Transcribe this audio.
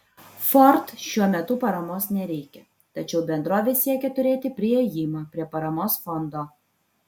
ford šiuo metu paramos nereikia tačiau bendrovė siekia turėti priėjimą prie paramos fondo